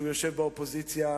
שיושב באופוזיציה.